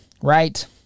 right